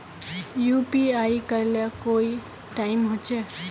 UPI करे ले कोई टाइम होचे?